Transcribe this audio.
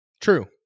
True